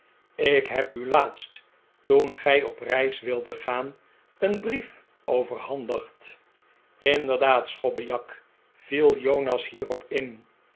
ik heb u laatst toen gij op reis wildet gaan een brief overhandigd inderdaad schobbejak viel jonas hierop in